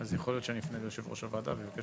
אז יכול להיות שאני אפנה ליו"ר הוועדה ואבקש